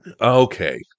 Okay